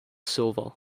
silver